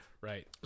right